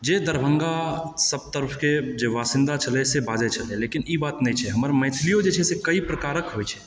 जे दरभङ्गा सब तरफके जे वाशिन्दा छलै से बाजै छलै लेकिन ई बात नहि छै हमर मैथलियो जे छै से कइ प्रकारकेँ होइ छै